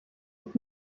ist